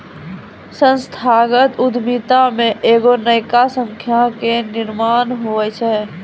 संस्थागत उद्यमिता मे एगो नयका संस्था के निर्माण होय छै